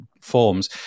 forms